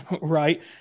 Right